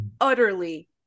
utterly